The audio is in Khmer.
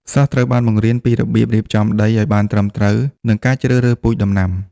សិស្សត្រូវបានបង្រៀនពីរបៀបរៀបចំដីឱ្យបានត្រឹមត្រូវនិងការជ្រើសរើសពូជដំណាំ។